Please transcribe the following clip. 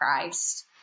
Christ